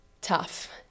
tough